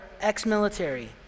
ex-military